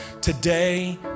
today